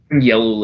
yellow